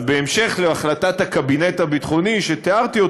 אז בהמשך להחלטת הקבינט הביטחוני שתיארתי,